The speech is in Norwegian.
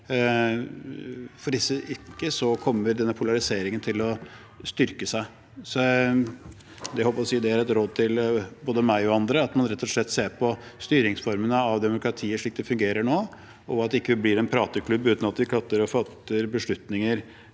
Hvis ikke kommer denne polariseringen til å styrke seg. Det er et råd til både meg og andre at man rett og slett ser på styringsformene i demokratiet slik det fungerer nå, og at vi ikke blir en prateklubb som ikke klarer å fatte beslutninger